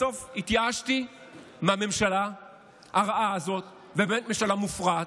בסוף התייאשתי מהממשלה הרעה הזאת והמופרעת,